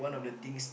yeah